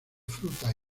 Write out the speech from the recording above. fruta